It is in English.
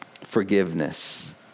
forgiveness